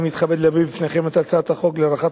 הנני מתכבד להביא בפניכם את הצעת החוק להארכת